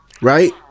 right